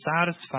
satisfied